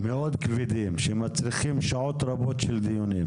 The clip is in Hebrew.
מאוד כבדים, שמצריכים שעות רבות של דיונים.